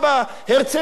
הרצלייה,